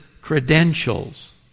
credentials